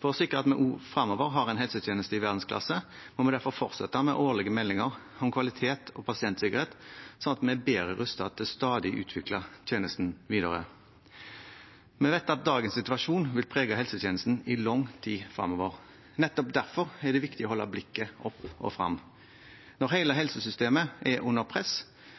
For å sikre at vi også fremover har en helsetjeneste i verdensklasse, må vi derfor fortsette med årlige meldinger om kvalitet og pasientsikkerhet, slik at vi er bedre rustet til stadig å utvikle tjenesten videre. Vi vet at dagens situasjon vil prege helsetjenesten i lang tid fremover. Nettopp derfor er det viktig å løfte blikket opp og frem. Når hele helsesystemet er under press,